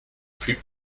plus